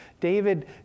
David